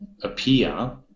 appear